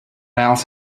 else